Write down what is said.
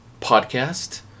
podcast